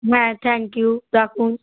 হ্যাঁ thank you রাখুন